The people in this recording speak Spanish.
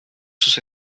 sus